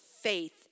faith